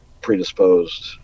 predisposed